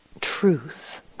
truth